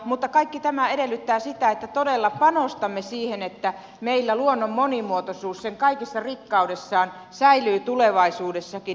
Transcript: mutta kaikki tämä edellyttää sitä että todella panostamme siihen että meillä luonnon monimuotoisuus kaikessa rikkaudessaan säilyy tulevaisuudessakin